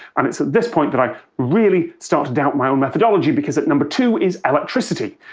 and it's at this point that i really start to doubt my own methodology. because at number two is electricity.